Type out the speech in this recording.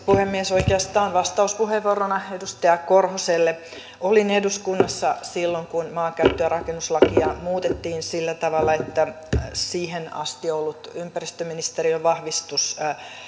puhemies oikeastaan vastauspuheenvuorona edustaja korhoselle olin eduskunnassa silloin kun maankäyttö ja rakennuslakia muutettiin sillä tavalla että siihen asti ollut ympäristöministeriön vahvistus